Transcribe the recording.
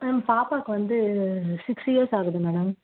என் பாப்பாக்கு வந்து six years ஆகுது மேடம்